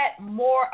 more